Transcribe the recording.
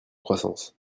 croissance